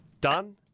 done